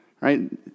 right